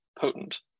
potent